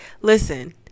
listen